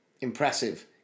Impressive